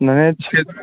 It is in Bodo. माने टिकेट